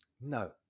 no